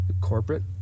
corporate